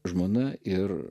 žmona ir